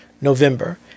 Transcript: November